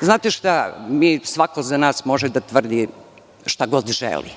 Znate šta, svako za nas može da tvrdi šta god želi.